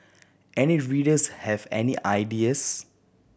any readers have any ideas